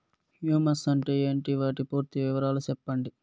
Humus అంటే ఏంటి? వాటి పూర్తి వివరాలు సెప్పండి?